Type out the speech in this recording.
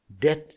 death